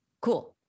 cool